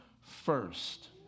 first